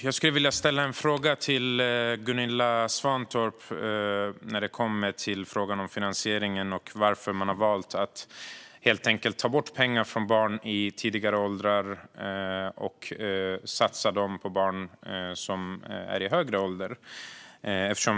Jag skulle vilja ställa en fråga till Gunilla Svantorp om finansieringen och varför man har valt att ta bort pengar från barn i lägre åldrar och satsa dem på barn i högre åldrar.